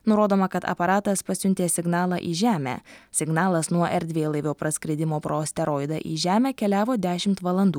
nurodoma kad aparatas pasiuntė signalą į žemę signalas nuo erdvėlaivio praskridimo pro asteroidą į žemę keliavo dešimt valandų